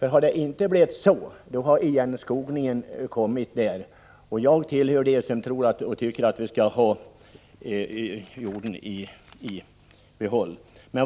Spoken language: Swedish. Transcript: Om så inte hade skett, hade ”igenskogningen” varit ett faktum i dessa områden. Jag hör till dem som tycker att vi skall behålla de öppna markerna.